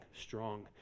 strong